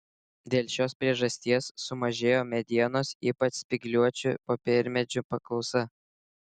dėl šios priežasties sumažėjo medienos ypač spygliuočių popiermedžių paklausa